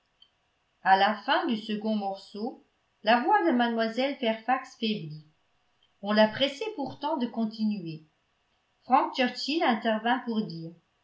à la fin du second morceau la voix de mlle fairfax faiblit on la pressait pourtant de continuer frank churchill intervint pour dire